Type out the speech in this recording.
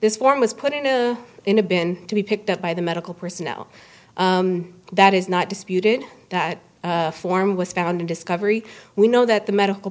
this form was put in a bin to be picked up by the medical personnel that is not disputed that form was found in discovery we know that the medical